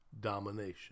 domination